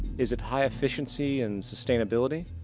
is it high efficiency and sustainability?